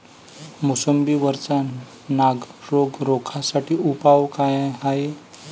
मोसंबी वरचा नाग रोग रोखा साठी उपाव का हाये?